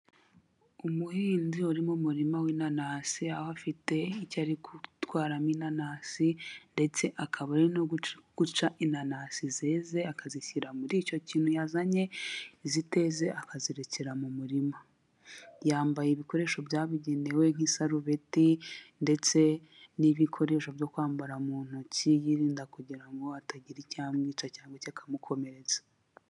Umuhinzi uri mu murima w'inanasi, aho afite icyo ari gutwaramo inanasi. Ndetse akaba ari guca inanasi zeze akazishyira muri icyo kintu yazanye, iziteze akazirekera mu murima. Yambaye ibikoresho byabugenewe nk'isarubeti, ndetse n'ibikoresho byo kwambara mu ntoki yirinda kugira ngo atagira icyamwica cyangwa se kikamukomeretsa.